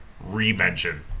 re-mention